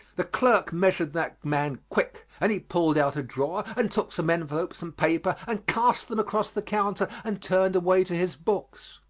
the clerk measured that man quick, and he pulled out a drawer and took some envelopes and paper and cast them across the counter and turned away to his books.